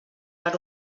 per